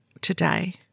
today